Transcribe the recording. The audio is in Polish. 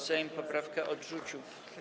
Sejm poprawkę odrzucił.